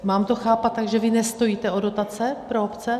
Mám to chápat tak, že vy nestojíte o dotace pro obce?